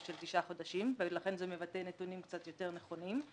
של תשעה חודשים ולכן זה מבטא את נתונים קצת יותר נכונים.